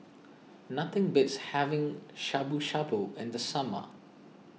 nothing beats having Shabu Shabu in the summer